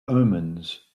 omens